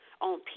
on